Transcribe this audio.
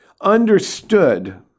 understood